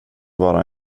vara